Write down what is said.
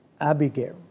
Abigail